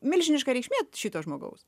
milžiniška reikšmė šito žmogaus